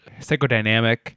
psychodynamic